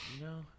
No